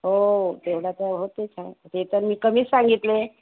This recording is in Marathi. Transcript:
हो तेवढा तर होतेच आहे ते तर मी कमीच सांगितले